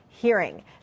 hearing